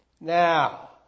Now